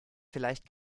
vielleicht